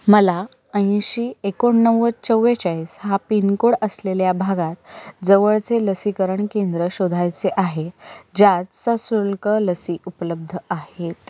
मला ऐंशी एकोणनव्वद चव्वेचाळीस हा पिनकोड असलेल्या भागात जवळचे लसीकरण केंद्र शोधायचे आहे ज्यात सशुल्क लसी उपलब्ध आहेत